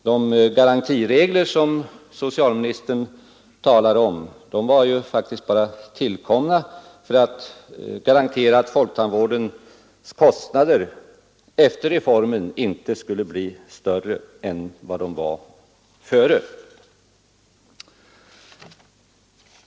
De garantiregler som socialministern talar om tillkom ju för att garantera att folktandvårdens kostnader efter reformen inte skulle bli större än tidigare.